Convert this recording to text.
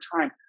time